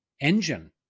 engine